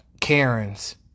Karens